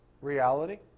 reality